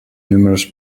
numerous